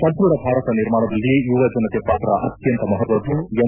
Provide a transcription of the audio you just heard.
ಸದೃಢ ಭಾರತ ನಿರ್ಮಾಣದಲ್ಲಿ ಯುವ ಜನತೆ ಪಾತ್ರ ಅತ್ವಂತ ಮಹತ್ವದ್ದು ಎಂ